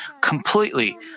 completely